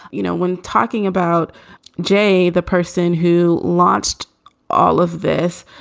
you know, when talking about jay, the person who launched all of this,